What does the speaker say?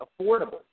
affordable